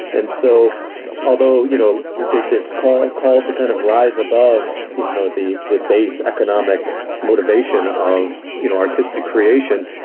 and so although you know this call call to kind of rise above you know the the base economic motivation of you know artistic creation,